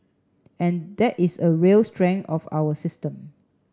and that is a real strength of our system